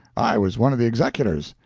i was one of the executors.